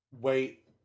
Wait